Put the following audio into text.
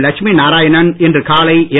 லட்சுமி நாராயணன் இன்று காலை என்